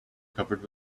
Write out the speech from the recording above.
covered